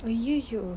well you you